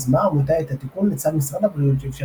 יזמה העמותה את התיקון לצו משרד הבריאות שאפשר